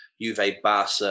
Juve-Barca